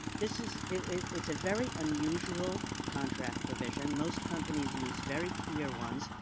this is it's a very unusual contract provision. most companies use very clear ones.